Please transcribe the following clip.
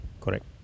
Correct